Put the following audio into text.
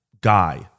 guy